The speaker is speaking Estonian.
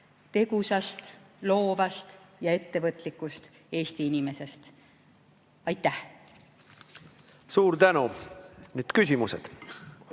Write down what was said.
tegusast, loovast ja ettevõtlikust Eesti inimesest. Aitäh! Suur tänu! Nüüd küsimused.